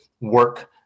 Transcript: work